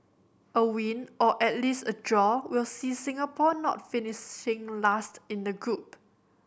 a win or at least a draw will see Singapore not finishing last in the group